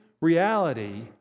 reality